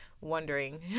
wondering